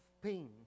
pain